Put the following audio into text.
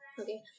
okay